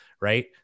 right